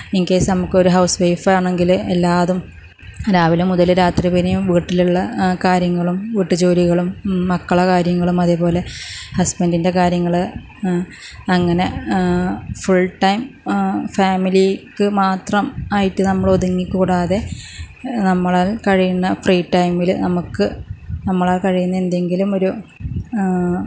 in case നമുക്കൊരു housewife ആണെങ്കില് എല്ലാ ഇതും രാവിലെ മുതൽ രാത്രി വരെയും വീട്ടിലുള്ള കാര്യങ്ങളും വീട്ട് ജോലികളും മക്കളുടെ കാര്യങ്ങളും അതെപോലെ ഹസ്ബൻറ്റിന്റെ കാര്യങ്ങള് അങ്ങനെ ഫുൾ ടൈം ഫാമിലിക്ക് മാത്രം ആയിട്ട് നമ്മള് ഒതുങ്ങി കൂടാതെ നമ്മളാൽ കഴിയുന്ന ഫ്രീ ടൈമില് നമുക്ക് നമ്മളാൽ കഴിയുന്ന എന്തെങ്കിലുമൊരു